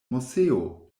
moseo